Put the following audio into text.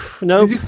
No